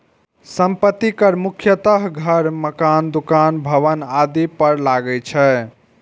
संपत्ति कर मुख्यतः घर, मकान, दुकान, भवन आदि पर लागै छै